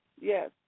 Yes